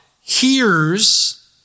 hears